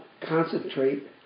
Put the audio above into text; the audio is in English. concentrate